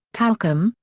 talcum,